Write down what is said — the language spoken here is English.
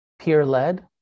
peer-led